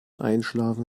einschlafen